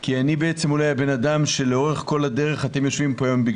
כי אני אולי הבן-אדם שלאורך כל הדרך אתם יושבים פה היום.